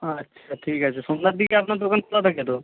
আচ্ছা ঠিক আছে সন্ধ্যার দিকে আপনার দোকান খোলা থাকে তো